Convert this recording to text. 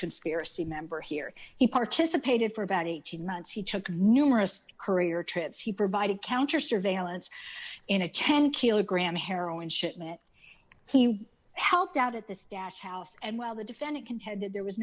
conspiracy member here he participated for about eighteen months he took numerous courier trips he provided counter surveillance in a chen kilogram heroin shipment he helped out at the stash house and while the defendant contended there was